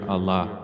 Allah